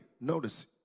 notice